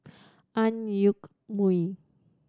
Ang Yoke Mooi